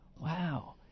wow